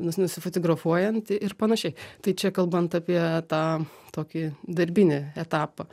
nus nusifotografuojant ir panašiai tai čia kalbant apie tą tokį darbinį etapą